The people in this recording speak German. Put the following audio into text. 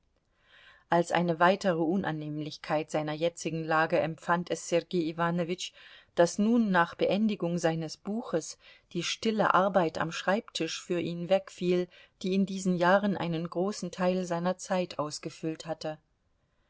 als eine weitere unannehmlichkeit seiner jetzigen lage empfand es sergei iwanowitsch daß nun nach beendigung seines buches die stille arbeit am schreibtisch für ihn wegfiel die in diesen jahren einen großen teil seiner zeit ausgefüllt hatte